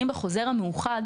ואומרים לי שגם עבירות תנועה.